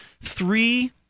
three